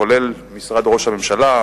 כולל משרד ראש הממשלה,